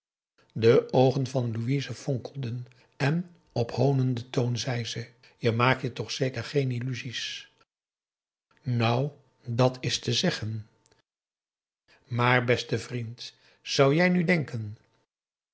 de oogen van louise fonkelden en op honenden toon zei ze je maakt je toch zeker geen illusies nou dat is te zeggen maar beste vriend zou jij nu denken